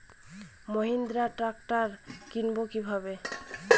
Mahindra tractor কিনবো কি ভাবে?